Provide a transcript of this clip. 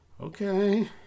Okay